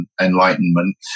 enlightenment